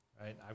right